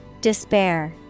Despair